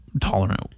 tolerant